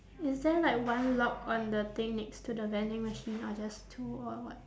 is there like one lock on the thing next to the vending machine or just two or what